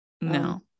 no